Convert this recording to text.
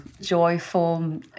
joyful